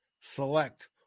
select